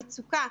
מצוקה.